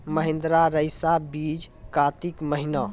महिंद्रा रईसा बीज कार्तिक महीना?